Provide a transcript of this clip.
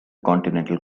continental